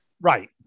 Right